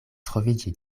troviĝi